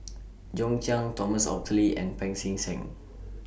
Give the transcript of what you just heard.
John Clang Thomas Oxley and Pancy Seng